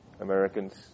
Americans